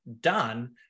done